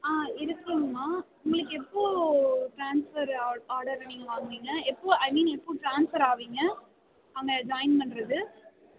ஆ இருக்கேங்கமா உங்களுக்கு எப்போது ட்ரான்ஸ்ஃபரு ஆ ஆர்டரை நீங்கள் வாங்குவீங்க எப்போது ஐ மீன் எப்போது ட்ரான்ஸ்ஃபர் அவிங்க அங்கே ஜாயின் பண்ணுறது